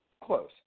close